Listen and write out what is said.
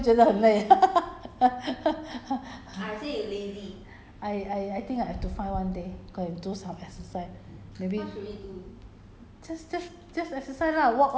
很累 leh 还没有运还没有还没有运动就觉得很累 I I I think I have to find one day go and do some exercise